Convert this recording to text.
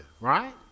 right